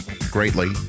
greatly